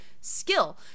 skill